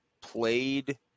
played